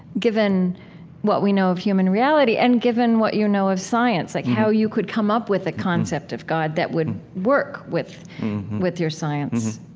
given what we know of human reality. and given what you know of science. like, how you could come up with a concept of god that would work with with your science